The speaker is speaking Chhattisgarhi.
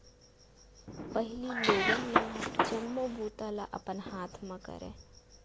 पहिली लोगन मन ह जम्मो बूता ल अपन हाथ ले करय